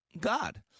God